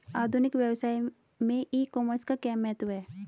आधुनिक व्यवसाय में ई कॉमर्स का क्या महत्व है?